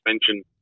suspension